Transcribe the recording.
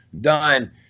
done